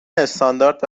استاندارد